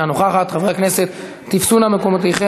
כלום,